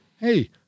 hey